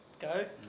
go